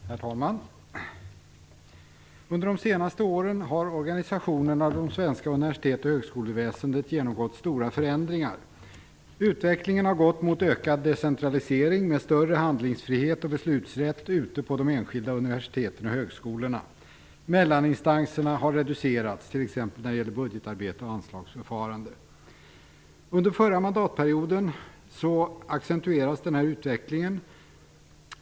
Herr talman! Under de senaste åren har organisationen av det svenska universitets och högskoleväsendet genomgått stora förändringar. Utvecklingen har gått mot ökad decentralisering med större handlingsfrihet och beslutsrätt ute på de enskilda universiteten och högskolorna. Mellaninstanserna har reducerats t.ex. när det gäller budgetarbetet och anslagsförfarandet. Under den förra mandatperioden accentuerades denna utveckling.